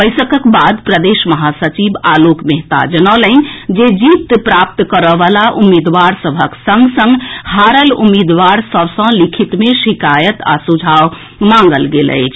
बैसकक बाद प्रदेश महासचिव आलोक मेहता जनौलनि जे जीत प्राप्त करए वला उम्मीदवार सभक संग संग हारल उम्मीदवार सभ सँ लिखित मे शिकायत आ सुझाव मांगल गेल अछि